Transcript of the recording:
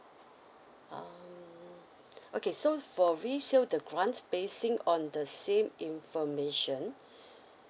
um okay so for resale the grant basing on the same information